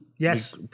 Yes